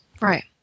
Right